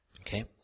Okay